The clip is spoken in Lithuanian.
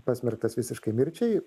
pasmerktas visiškai mirčiai